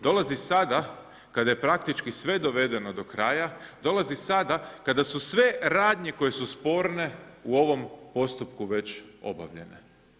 Dolazi sada kada je praktički sve dovedeno do kraja, dolazi sada kada su sve radnje koje su sporne u ovom postupku već obavljene.